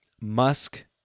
Musk